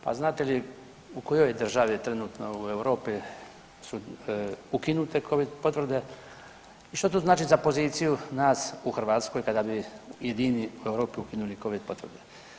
Pa znate li u kojoj državi trenutno u Europi su ukinute Covid potvrde i što znači za poziciju nas u Hrvatskoj kada bi jedini u Europi ukinuli Covid potvrde?